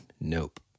Nope